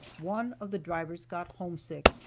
one of the drivers got homesick,